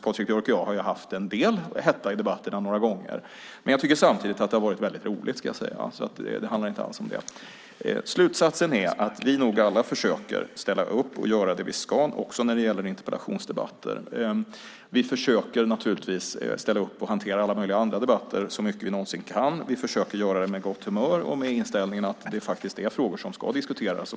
Patrik Björck och jag har haft en del hetta i debatterna några gånger, men jag tycker samtidigt att det har varit roligt. Så det handlar inte alls om det. Slutsatsen är att vi nog alla försöker ställa upp och göra det vi ska också när det gäller interpellationsdebatter. Vi försöker naturligtvis ställa upp och hantera alla möjliga andra debatter så mycket vi någonsin kan. Vi försöker göra det med gott humör och med inställningen att det faktiskt är frågor som ska diskuteras.